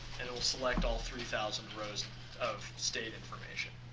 and it'll select all three thousand rows of state information.